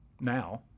now